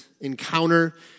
encounter